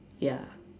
ya